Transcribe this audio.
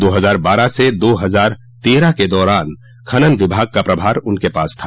दो हजार बारह से दो हजार तेरह के दौरान खनन विभाग का प्रभार उनके पास था